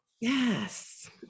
Yes